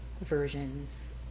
versions